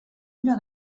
una